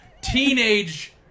teenage